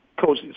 Coach